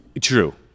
True